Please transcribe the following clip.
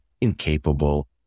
incapable